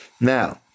Now